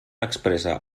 expressa